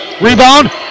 rebound